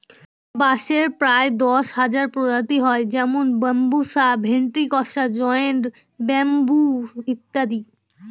বাঁশের প্রায় দশ হাজার প্রজাতি হয় যেমন বাম্বুসা ভেন্ট্রিকসা জায়ন্ট ব্যাম্বু ইত্যাদি